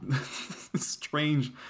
strange